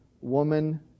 woman